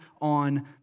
on